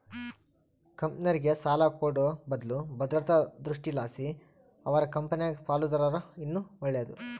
ಕಂಪೆನೇರ್ಗೆ ಸಾಲ ಕೊಡೋ ಬದ್ಲು ಭದ್ರತಾ ದೃಷ್ಟಿಲಾಸಿ ಅವರ ಕಂಪೆನಾಗ ಪಾಲುದಾರರಾದರ ಇನ್ನ ಒಳ್ಳೇದು